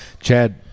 Chad